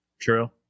True